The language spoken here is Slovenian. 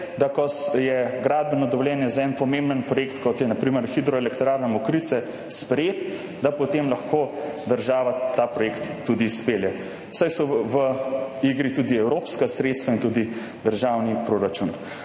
da ko je gradbeno dovoljenje za en pomemben projekt, kot je na primer Hidroelektrarna Mokrice, sprejet, da potem lahko država ta projekt tudi izpelje. Saj so v igri tudi evropska sredstva in tudi državni proračun**.**